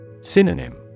Synonym